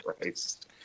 Christ